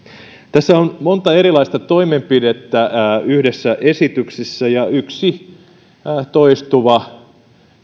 tässä on monta erilaista toimenpidettä yhdessä esityksessä ja yksi toistuva